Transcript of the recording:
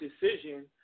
decision